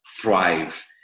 thrive